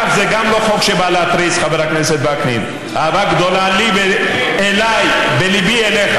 שהתחשב בנסיבות ונתן לי בכל זאת לדבר.